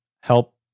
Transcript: help